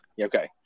okay